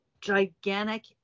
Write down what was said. gigantic